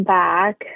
back